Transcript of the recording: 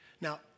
Now